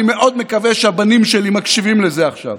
אני מאוד מקווה שהבנים שלי מקשיבים לזה עכשיו.